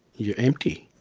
you're empty.